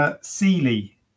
Sealy